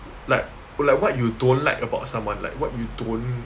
like what like what you don't like about someone like what you don't